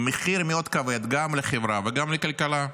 עם מחיר מאוד כבד גם לחברה וגם לכלכלה.